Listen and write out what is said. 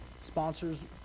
sponsors